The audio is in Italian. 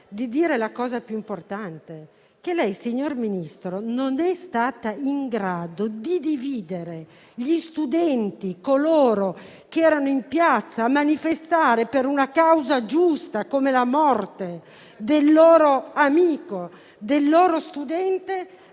di dire la cosa più importante: lei, signor Ministro, non è stata in grado di dividere gli studenti, coloro che erano in piazza a manifestare per una causa giusta, come la morte del loro amico, del loro studente,